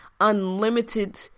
unlimited